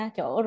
Chỗ